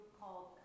called